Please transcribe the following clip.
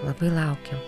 labai laukiu